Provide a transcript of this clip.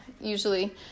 Usually